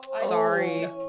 Sorry